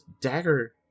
Dagger